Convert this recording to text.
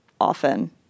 often